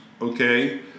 okay